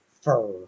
fur